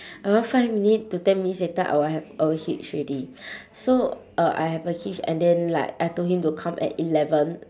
around five minute to ten minutes later I will have a hitch already so er I have a hitch and then like I told him to come at eleven